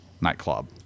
nightclub